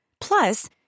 Plus